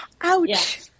ouch